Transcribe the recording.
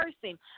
person